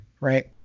right